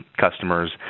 customers